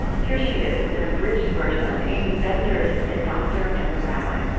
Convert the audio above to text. here she is with an abridged version of aimee bender's the doctor and the rabbi.